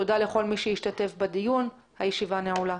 תודה לכל מי שהשתתף בדיון, הישיבה נעולה.